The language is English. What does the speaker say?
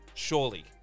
Surely